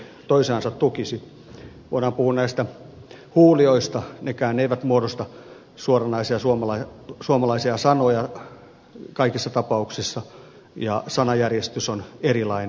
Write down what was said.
voidaan puhua näistä huulioista nekään eivät muodosta suoranaisia suomalaisia sanoja kaikissa tapauksissa ja sanajärjestys on erilainen